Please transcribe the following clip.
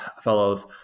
fellows